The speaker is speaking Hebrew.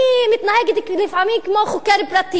ואני מתנהגת לפעמים כמו חוקר פרטי,